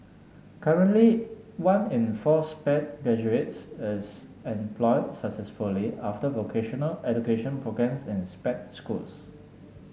currently one in four Sped graduates is employed successfully after vocational education programmes in Sped schools